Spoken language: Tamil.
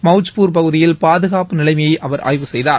மௌச்பூர் பகுதியில் பாதுகாப்பு நிலைமையை அவர் ஆய்வு செய்தார்